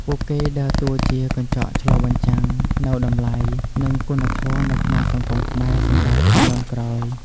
ពួកគេដើរតួជា កញ្ចក់ឆ្លុះបញ្ចាំង នូវតម្លៃ និងគុណធម៌នៅក្នុងសង្គមខ្មែរសម្រាប់ជំនាន់ក្រោយ។